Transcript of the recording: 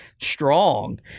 strong